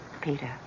Peter